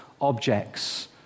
objects